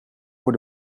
voor